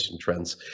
trends